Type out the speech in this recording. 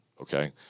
Okay